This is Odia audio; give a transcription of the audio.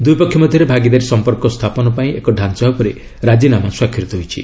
ଦୁଇପକ୍ଷ ମଧ୍ୟରେ ଭାଗିଦାରୀ ସଂମ୍ପର୍କ ସ୍ଥାପନ ପାଇଁ ଏକ ଢାଞ୍ଚା ଉପରେ ରାଜିନାମା ସ୍ୱାକ୍ଷରିତ ହୋଇଛି